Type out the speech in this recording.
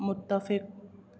متفق